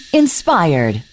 inspired